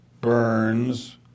Burns